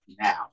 now